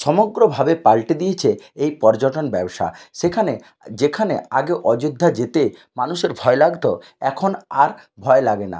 সমগ্রভাবে পালটে দিয়েছে এই পর্যটন ব্যবসা সেখানে যেখানে আগে অযোধ্যা যেতে মানুষের ভয় লাগতো এখন আর ভয় লাগে না